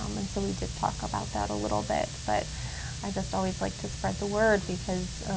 um and so we did talk about that a little bit. but i just always like to spread the word, because